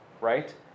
right